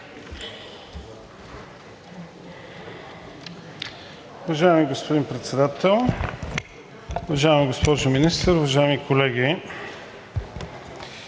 Уважаеми господин Председател, уважаема госпожо Министър, уважаеми колеги!